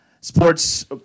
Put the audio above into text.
sports